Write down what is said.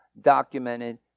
documented